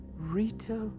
Rita